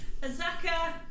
Azaka